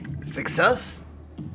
Success